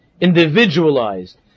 individualized